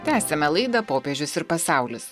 tęsiame laidą popiežius ir pasaulis